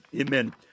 Amen